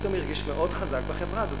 פתאום הרגיש מאוד חזק בחברה הזאת.